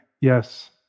Yes